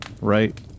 right